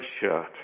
shirt